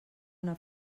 una